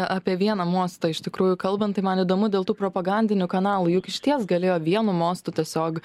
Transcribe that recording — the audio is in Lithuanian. apie vieną mostą iš tikrųjų kalbant tai man įdomu dėl tų propagandinių kanalų juk išties galėjo vienu mostu tiesiog